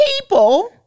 people